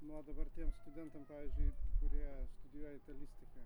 nu o dabar tiem studentam pavyzdžiui kurie studijuoja italistiką